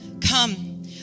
come